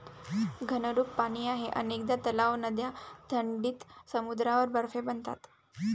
घनरूप पाणी आहे अनेकदा तलाव, नद्या थंडीत समुद्रावर बर्फ बनतात